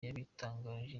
yabitangarije